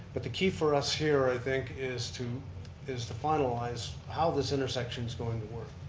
but the key for us here, i think, is to is to finalize how this intersection is going to work.